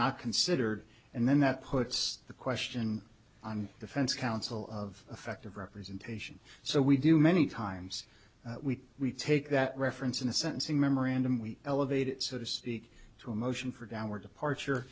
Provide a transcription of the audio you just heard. not considered and then that puts the question on defense counsel of fact of representation so we do many times we we take that reference in the sentencing memorandum we elevate it so to speak to a motion for downward departure